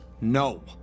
No